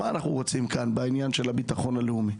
מה אנחנו רוצים כאן בעניין של הביטחון הלאומי?